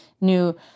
new